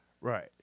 Right